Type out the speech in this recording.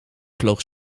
vloog